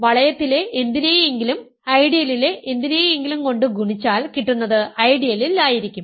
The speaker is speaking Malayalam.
വളയത്തിലെ എന്തിനെയെങ്കിലും ഐഡിയലിലെ എന്തിനെയെങ്കിലും കൊണ്ട് ഗുണിച്ചാൽ കിട്ടുന്നത് ഐഡിയലിൽ ആയിരിക്കും